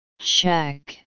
Check